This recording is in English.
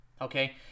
Okay